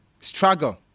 struggle